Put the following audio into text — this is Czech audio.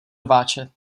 rváče